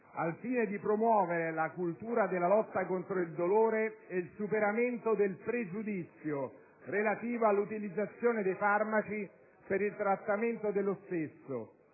al fine di promuovere la cultura della lotta contro il dolore e il superamento del pregiudizio relativo all'utilizzazione dei farmaci per il trattamento dello stesso,